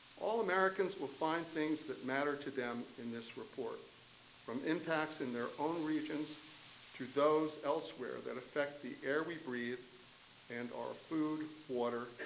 all americans will find things that matter to them in this report from impacts in their own regions to those elsewhere that affect the air we breathe and our food, water,